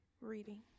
reading